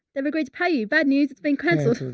they've agreed to pay you bad news. it's been canceled. sort of